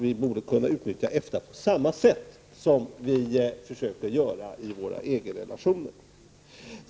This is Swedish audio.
Vi borde utnyttja EFTA på samma sätt som vi försöker göra i våra EG-relationer.